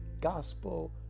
gospel